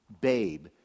babe